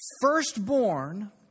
firstborn